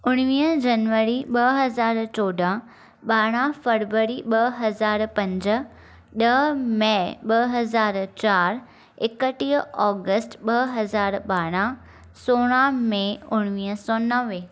उणिवीह जनवरी ॿ हज़ार चोॾहं ॿारहं फरवरी ॿ हज़ार पंज ॾह मे ॿ हज़ार चारि एकटीह ओगस्ट ॿ हज़ार ॿारहं सोरहं मे उणिवीह सो नवे